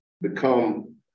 become